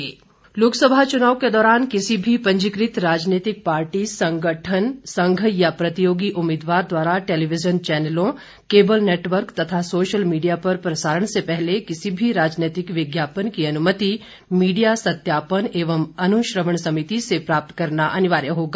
विज्ञापन अनमति लोकसभा चुनाव के दौरान किसी भी पंजीकृत राजनीतिक पार्टी संगठन संघ या प्रतियोगी उम्मीदवार द्वारा टेलीविजन चैनलों केबल नेटवर्क तथा सोशल मीडिया पर प्रसारण से पहले किसी भी राजनैतिक विज्ञापन की अनुमति मीडिया सत्यापन एवं अनुश्रवण समिति से प्राप्त करना अनिवार्य होगा